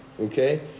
Okay